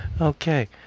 Okay